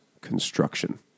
construction